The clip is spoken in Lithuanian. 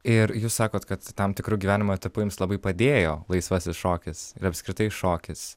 ir jūs sakot kad tam tikru gyvenimo etapu jums labai padėjo laisvasis šokis ir apskritai šokis